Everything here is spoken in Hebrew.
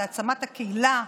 הוא העצמת הקהילה,